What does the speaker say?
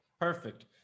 perfect